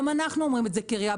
גם אנחנו אומרים את זה כעירייה.